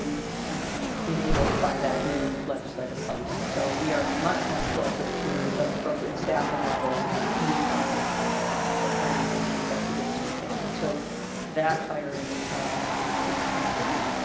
um enabled by that new legislative funding so we are much much closer to an appropriate staffing level to meet our our our timeliness an investigation standards so that is complete.